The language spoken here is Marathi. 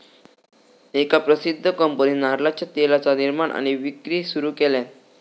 एका प्रसिध्द कंपनीन नारळाच्या तेलाचा निर्माण आणि विक्री सुरू केल्यान